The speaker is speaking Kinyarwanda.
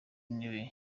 w’intebe